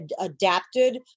adapted